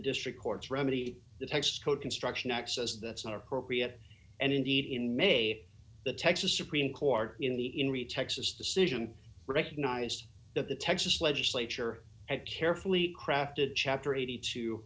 district court's remedy the tax code construction acts as that's not appropriate and indeed in may the texas supreme court in the in re texas decision recognized that the texas legislature had carefully crafted chapter eighty two